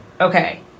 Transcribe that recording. Okay